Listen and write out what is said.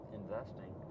investing